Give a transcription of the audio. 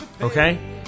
Okay